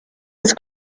his